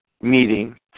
meeting